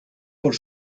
por